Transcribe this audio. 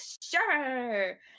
sure